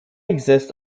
exists